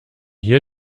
hier